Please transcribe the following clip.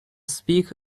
speak